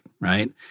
right